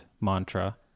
mantra